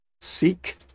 Seek